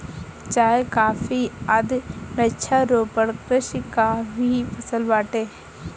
चाय, कॉफी आदि वृक्षारोपण कृषि कअ ही फसल बाटे